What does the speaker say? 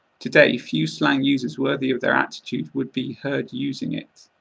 today few slang users worthy of their attitude would be heard using it.